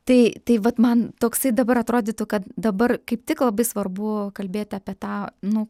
tai tai vat man toksai dabar atrodytų kad dabar kaip tik labai svarbu kalbėti apie tą nu